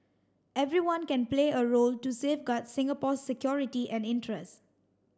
everyone can play a role to safeguard Singapore's security and interest